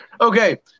okay